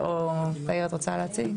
או, תאיר, את רוצה להציג?